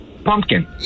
Pumpkin